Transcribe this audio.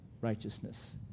righteousness